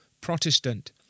Protestant